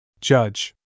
Judge